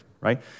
right